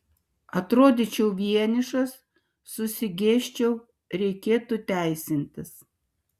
atrodyčiau vienišas susigėsčiau reikėtų teisintis